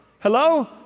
Hello